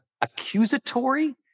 accusatory